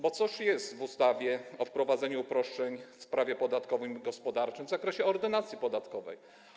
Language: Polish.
Bo cóż jest w ustawie o wprowadzeniu uproszczeń w prawie podatkowym i gospodarczym w zakresie Ordynacji podatkowej?